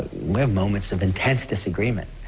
we have moments of intense disagreement.